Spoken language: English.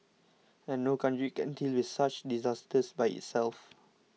and no country can deal with such disasters by itself